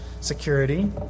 security